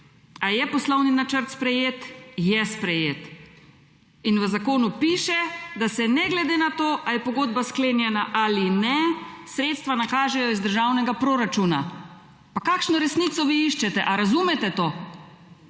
Ali je poslovni načrt sprejet? Je sprejet. V zakonu piše, da se ne glede na to ali je pogodba sklenjena ali ne sredstva nakažejo iz državnega proračuna pa kakšno resnico vi iščete ali razumete to?